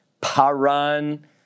Paran